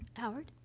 howard?